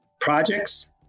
projects